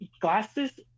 glasses